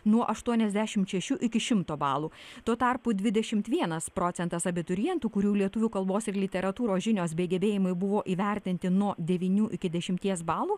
nuo aštuoniasdešimt šešių iki šimto balų tuo tarpu dvidešimt vienas procentas abiturientų kurių lietuvių kalbos ir literatūros žinios bei gebėjimai buvo įvertinti nuo devynių iki dešimties balų